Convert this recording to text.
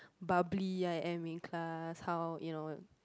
bubbly I am in class how you know